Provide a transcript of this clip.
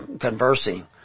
conversing